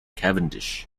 cavendish